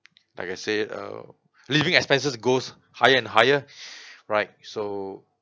like I say uh living expenses goes higher and higher right so